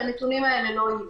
והנתונים האלה לא יהיו.